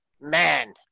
man